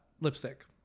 lipstick